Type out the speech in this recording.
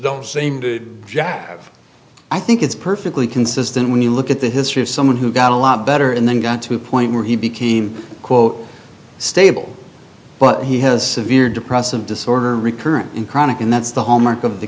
don't seem to jack i think it's perfectly consistent when you look at the history of someone who got a lot better and then got to a point where he became quote stable but he has severe depressive disorder recurrent and chronic and that's the h